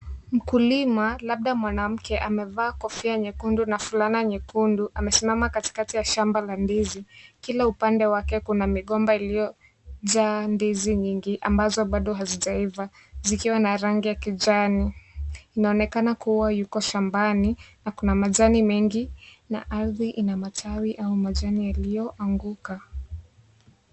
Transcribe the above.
Mkulima labda mwanamke amevaa kofia nyekundu na fulana nyekundu. Amesimama katikati ya shamba la ndizi Kila upande wake kuna migomba iliyojaa ndizi nyingi ambazo bado hazijaiva zikiwa na rangi ya kijani. Inaonekana kuwa yuko shambani na kuna majani mengi na ardhi ina matawi au majani yaliyoanguka.